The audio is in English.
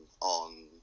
on